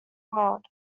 world